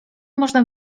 można